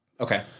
Okay